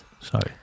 sorry